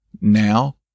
Now